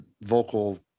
vocal